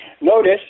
Notice